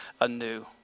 anew